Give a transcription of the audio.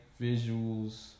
Visuals